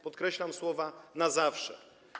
Podkreślam słowa „na zawsze”